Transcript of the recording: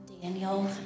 Daniel